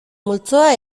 multzoa